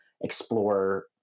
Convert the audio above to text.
explore